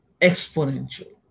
exponential